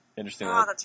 Interesting